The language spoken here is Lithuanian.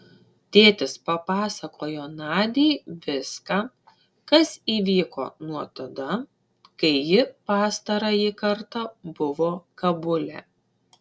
tėtis papasakojo nadiai viską kas įvyko nuo tada kai ji pastarąjį kartą buvo kabule